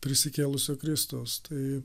prisikėlusio kristaus tai